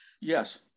Yes